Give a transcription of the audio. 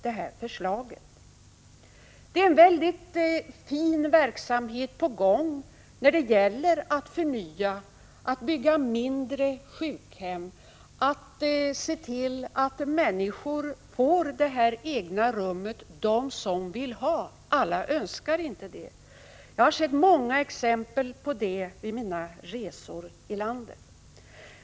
Det är en väldigt fin verksamhet på gång när det gäller att förnya, att bygga mindre sjukhem, att se till att människor får det här egna rummet — de som vill ha det, alla önskar det inte; jag har sett många exempel på det vid mina resor i landet.